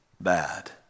bad